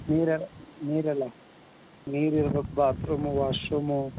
ನೀರು ಎ ನೀರು ಎಲ್ಲ ನೀರು ಇರ್ಬೇಕು ಬಾತ್ರೂಮು ವಾಶ್ರೂಮು